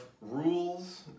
rules